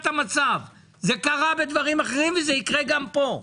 זה קרה בדברים אחרים ויקרה גם פה.